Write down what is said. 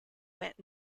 went